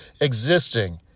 existing